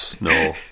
no